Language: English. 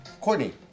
Courtney